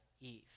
Eve